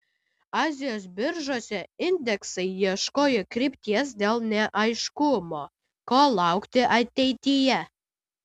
azijos biržose indeksai ieškojo krypties dėl neaiškumo ko laukti ateityje